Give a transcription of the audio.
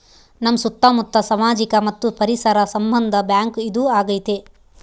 ನಮ್ ಸುತ್ತ ಮುತ್ತ ಸಾಮಾಜಿಕ ಮತ್ತು ಪರಿಸರ ಸಂಬಂಧ ಬ್ಯಾಂಕ್ ಇದು ಆಗೈತೆ